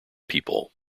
people